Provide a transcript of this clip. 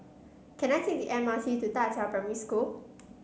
can I take the M R T to Da Qiao Primary School